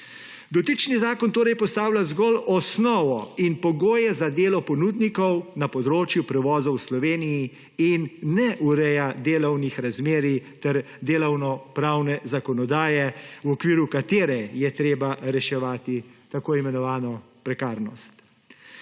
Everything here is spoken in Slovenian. Dotični zakon torej postavlja zgolj osnovo in pogoje za delo ponudnikov na področju prevozov v Sloveniji in ne ureja delovnih razmerij ter delovnopravne zakonodaje v okviru katere je treba reševati tako imenovano prekarnost.